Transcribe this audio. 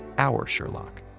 our sherlock.